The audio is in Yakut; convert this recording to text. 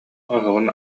оһоҕун